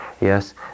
yes